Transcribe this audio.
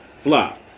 flop